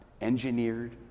engineered